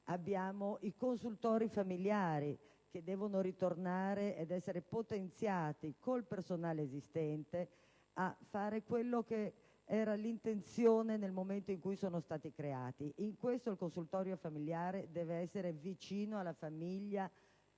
i consultori familiari, che devono ritornare ad essere potenziati con il personale esistente e a svolgere il ruolo che era nell'intenzione nel momento in cui sono stati creati. Il consultorio familiare deve essere vicino alla famiglia